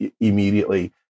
immediately